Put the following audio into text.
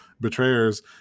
betrayers